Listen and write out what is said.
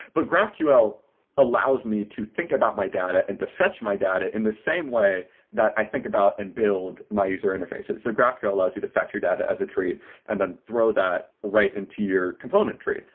but graphql allows me to think about my data and to fetch my data in the same way that i think about and build my user interfaces. so graphql allows you to fetch your data as a tree and then throw that right into your component tree,